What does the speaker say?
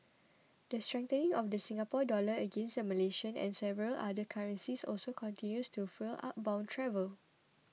the strengthening of the Singapore Dollar against the Malaysian and several other currencies also continues to fuel outbound travel